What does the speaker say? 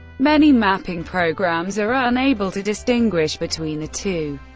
many mapping programs are unable to distinguish between the two.